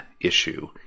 issue